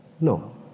No